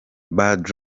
bad